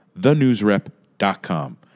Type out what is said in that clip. thenewsrep.com